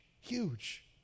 huge